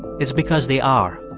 it's because they are